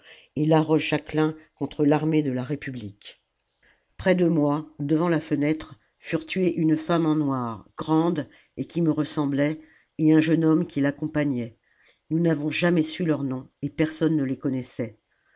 de larochejaquelin contre l'armée de la république près de moi devant la fenêtre furent tués une femme en noir grande et qui me ressemblait et un jeune homme qui l'accompagnait nous n'avons jamais su leurs noms et personne ne les connaissait